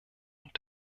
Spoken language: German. und